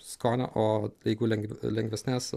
skonio o jeigu lengv lengvesnes